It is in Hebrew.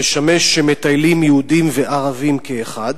שמשמש מטיילים יהודים וערבים כאחד.